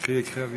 קחי, קחי אוויר.